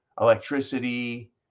electricity